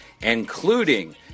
Including